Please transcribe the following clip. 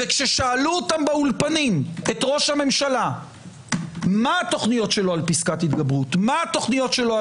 וכששאלו באולפנים את ראש הממשלה מה תוכניותיו על פסקת הגבלות ועל